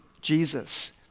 Jesus